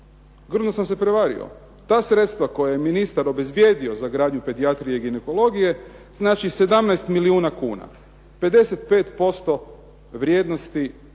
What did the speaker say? grdno sam se prevario. Ta sredstva koja je ministar obezbijedio za izgradnju pedijatrije i ginekologije, znači 17 milijuna kuna. 55% vrijednosti proračuna